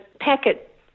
packet